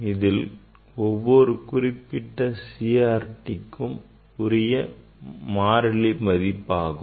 இது ஒவ்வொரு குறிப்பிட்ட CRTக்கும் உரிய மாறிலி ஆகும்